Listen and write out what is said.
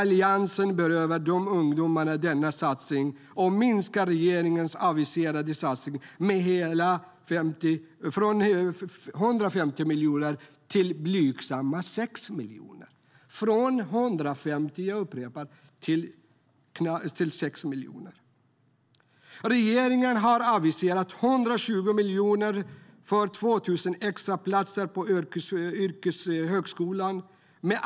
Alliansen berövar dessa ungdomar denna satsning och minskar regeringens aviserade satsning från 150 miljoner till blygsamma 6 miljoner. Jag upprepar: från 150 till 6 miljoner! Regeringen har aviserat 120 miljoner för 2 000 extra platser på yrkeshögskolan.